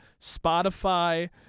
spotify